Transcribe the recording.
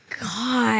God